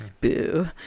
boo